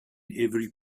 every